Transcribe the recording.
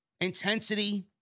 Intensity